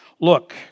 Look